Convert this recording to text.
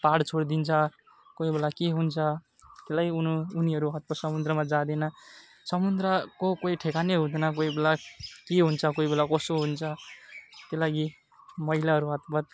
पहाड छोडिदिन्छ कोही बेला के हुन्छ त्यस्लीई उनी उनीहरू हतपत समुन्द्रमा जाँदैन समुद्रको केही ठेगान नै हुँदैन कोही बेला के हुन्छ कोही बेला कसो हुन्छ त्यो लागि महिलाहरू हतपत